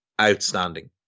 outstanding